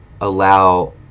allow